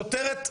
שוטרת,